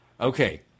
Okay